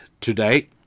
today